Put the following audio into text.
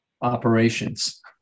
Operations